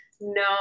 no